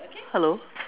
hello